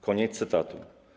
Koniec cytatu.